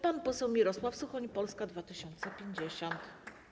Pan poseł Mirosław Suchoń, Polska 2050.